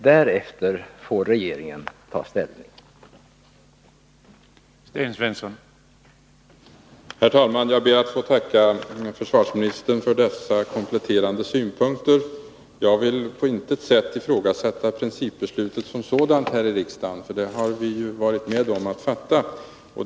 Därefter får regeringen ta ställning.